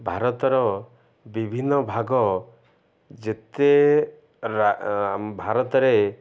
ଭାରତର ବିଭିନ୍ନ ଭାଗ ଯେତେ ଭାରତରେ